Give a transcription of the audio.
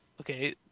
Okay